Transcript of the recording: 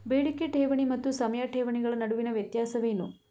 ಬೇಡಿಕೆ ಠೇವಣಿ ಮತ್ತು ಸಮಯ ಠೇವಣಿಗಳ ನಡುವಿನ ವ್ಯತ್ಯಾಸವೇನು?